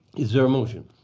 is there a motion?